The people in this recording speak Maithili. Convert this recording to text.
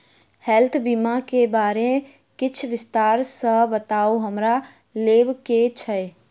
हेल्थ बीमा केँ बारे किछ विस्तार सऽ बताउ हमरा लेबऽ केँ छयः?